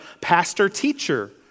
pastor-teacher